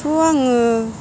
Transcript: थ' आङो